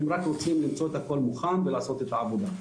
הם רק רוצים למצוא את הכול מוכן ולעשות את העבודה.